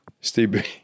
Steve